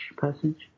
passage